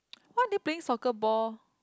why they're playing soccer ball